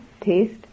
taste